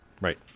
Right